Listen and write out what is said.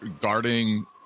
guarding